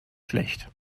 schlecht